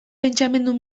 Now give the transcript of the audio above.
pentsamendu